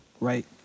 right